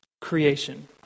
creation